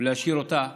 ולהשאיר אותה ככה.